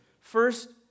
First